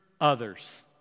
others